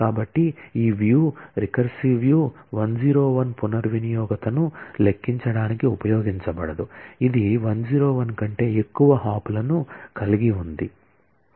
కాబట్టి ఈ view recursive view 101 పునర్వినియోగతను లెక్కించడానికి ఉపయోగించబడదు ఇది 101 కంటే ఎక్కువ హాప్లను కలిగి ఉంది